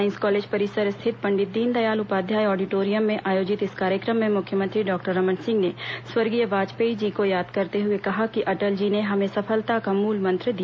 साईस कॉलेज परिसर स्थित पंडित दीनदयाल उपाध्याय ऑडिटोरियम में आयोजित इस कार्यक्रम में मुख्यमंत्री डॉक्टर रमन सिंह ने स्वर्गीय वाजपेयी जी को याद करते हुए कहा कि अटल जी ने हमें सफलता का मूल मंत्र दिया